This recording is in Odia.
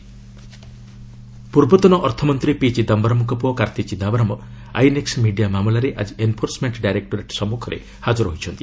ଇଡି କାର୍ତ୍ତି ପୂର୍ବତନ ଅର୍ଥମନ୍ତ୍ରୀ ପି ଚିଦାମ୍ଘରମ୍ଙ୍କ ପୁଅ କାର୍ତ୍ତି ଚିଦାମ୍ଘରମ୍ ଆଇଏନ୍ଏକ୍ସ ମିଡିଆ ମାମଲାରେ ଆଜି ଏନ୍ଫୋର୍ସମେଣ୍ଟ ଡାଇରେକ୍ନୋରେଟ୍ ସମ୍ମୁଖରେ ହାଜର ହୋଇଛନ୍ତି